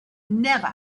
never